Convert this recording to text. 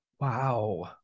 Wow